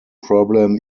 problem